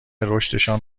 رشدشان